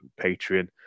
Patreon